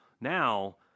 now